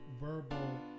verbal